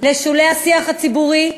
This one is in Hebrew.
לשולי השיח הציבורי,